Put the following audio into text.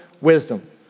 wisdom